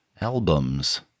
albums